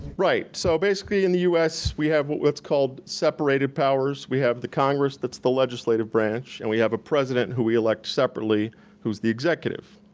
right, so basically in the us we have what's called separated powers. we have the congress that's the legislative branch, and we have a president who we elect separately who's the executive.